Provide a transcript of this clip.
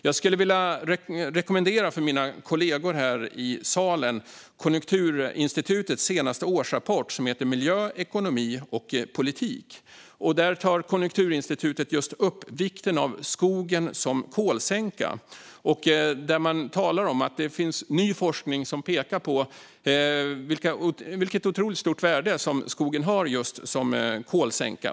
Jag skulle vilja rekommendera mina kollegor här i salen Konjunkturinstitutets senaste årsrapport, Miljö, ekonomi och politik 2021 . Där tar Konjunkturinstitutet just upp vikten av skogen som kolsänka. Man talar om att det finns ny forskning som pekar på vilket otroligt stort värde skogen har just som kolsänka.